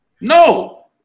No